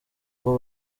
ngo